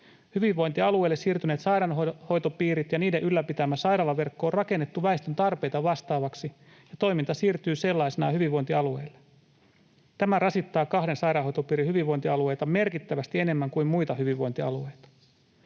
Hyvinvointialueelle siirtyneet sairaanhoitopiirit ja niiden ylläpitämä sairaalaverkko on rakennettu väestön tarpeita vastaavaksi, ja toiminta siirtyy sellaisenaan hyvinvointialueille. Tämä rasittaa kahden sairaanhoitopiirin hyvinvointialueita merkittävästi enemmän kuin muita hyvinvointialueita.